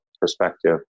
perspective